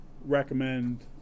recommend